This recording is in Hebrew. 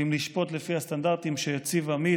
ואם לשפוט לפי הסטנדרטים שהציב עמית,